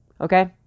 okay